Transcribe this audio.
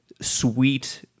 sweet